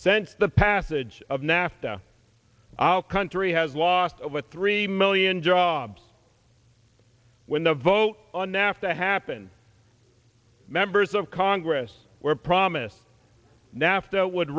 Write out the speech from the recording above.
sense the passage of nafta our country has lost over three million jobs when the vote on now to happen members of congress were promised nafta would